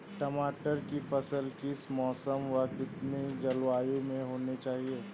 टमाटर की फसल किस मौसम व कितनी जलवायु में होनी चाहिए?